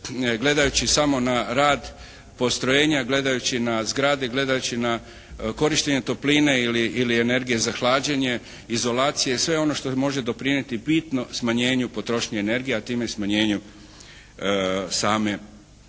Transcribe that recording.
gledajući samo na rad postrojenja, gledajući na zgrade, gledajući na korištenje topline ili energije za hlađenje, izolacije i sve ono što može doprinijeti bitno smanjenju potrošnje energije a time i smanjenju same